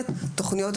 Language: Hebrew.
תודה.